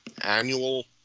annual